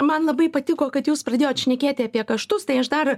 man labai patiko kad jūs pradėjot šnekėti apie kaštus tai aš dar